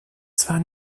zwar